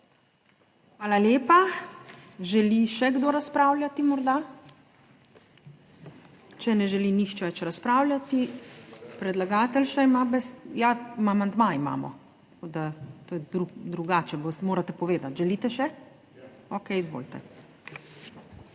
Hvala lepa. Želi še kdo razpravljati morda? Če ne želi nihče več razpravljati…, predlagatelj še ima bes…, ja, amandma, imamo, tako, da to je drugače, morate povedati. Želite še? (Da.) Okej, izvolite.